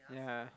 yeah